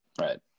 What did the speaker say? Right